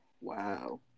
wow